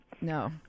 No